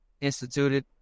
instituted